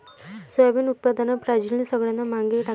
soybean उत्पादनात ब्राझीलने सगळ्यांना मागे टाकले